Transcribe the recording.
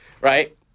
right